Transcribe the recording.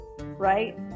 right